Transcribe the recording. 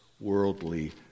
worldly